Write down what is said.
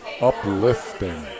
Uplifting